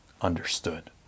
understood